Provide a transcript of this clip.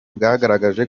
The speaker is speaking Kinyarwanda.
bwagaragaje